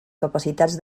capacitats